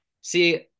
see